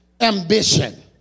ambition